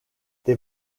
they